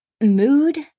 mood